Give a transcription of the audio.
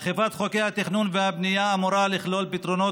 אכיפת חוקי התכנון והבנייה אמורה לכלול פתרונות